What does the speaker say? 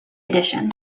edition